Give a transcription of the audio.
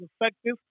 effective